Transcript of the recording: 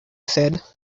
said